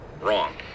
Wrong